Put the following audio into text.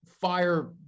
fire